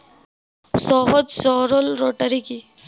সহজ সরল রোটারি কি?